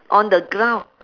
on the ground